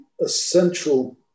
essential